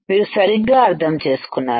మీరు సరిగ్గా అర్థం చేసుకున్నారు